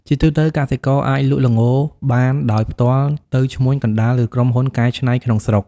ជាទូទៅ កសិករអាចលក់ល្ងបានដោយផ្ទាល់ទៅឈ្មួញកណ្ដាល ឬក្រុមហ៊ុនកែច្នៃក្នុងស្រុក។